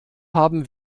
haben